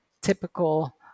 typical